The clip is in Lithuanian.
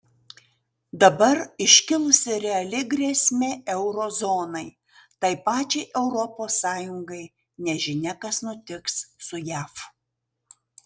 dabar iškilusi reali grėsmė euro zonai tai pačiai europos sąjungai nežinia kas nutiks su jav